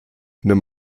nimm